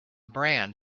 brand